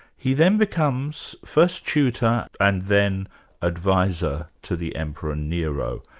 he then becomes first tutor and then advisor to the emperor nero.